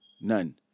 None